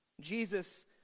Jesus